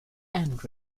and